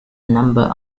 number